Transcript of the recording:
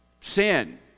sin